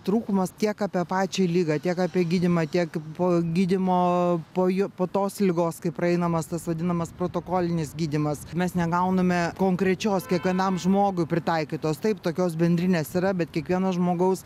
trūkumas tiek apie pačią ligą tiek apie gydymą tiek po gydymo po jo po tos ligos kai praeinamas tas vadinamas protokolinis gydymas mes negauname konkrečios kiekvienam žmogui pritaikytos taip tokios bendrinės yra bet kiekvieno žmogaus